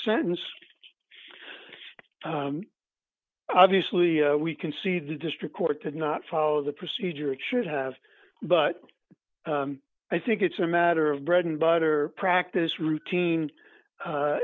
sentenced obviously we can see the district court did not follow the procedure it should have but i think it's a matter of bread and butter practice routine